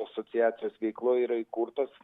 asociacijos veikla yra įkurtas